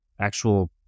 actual